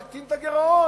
תקטין את הגירעון,